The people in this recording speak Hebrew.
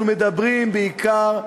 אנחנו מדברים בעיקר,